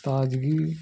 تاجگی